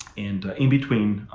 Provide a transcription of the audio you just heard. and in between,